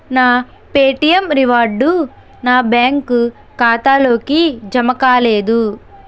నా Paytm reward నా bank ఖాతాలోకి జమ కాలేదు